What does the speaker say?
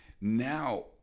now